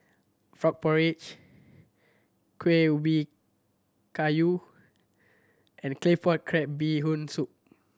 frog porridge Kueh Ubi Kayu and Claypot Crab Bee Hoon Soup